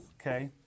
okay